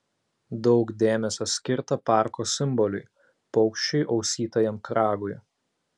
daug dėmesio skirta parko simboliui paukščiui ausytajam kragui